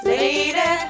Lady